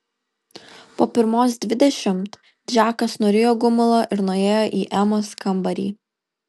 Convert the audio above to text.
po pirmos dvidešimt džekas nurijo gumulą ir nuėjo į emos kambarį